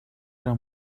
era